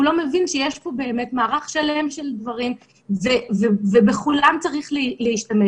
הוא לא מבין שיש פה באמת מערך שלם של דברים ובכולם צריך להשתמש.